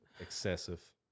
excessive